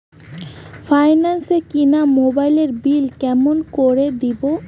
Finance এ কিনা মোবাইলের বিল কেমন করে দিবো?